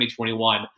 2021